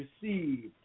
received